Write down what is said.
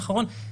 אחרון,